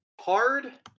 hard